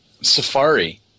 Safari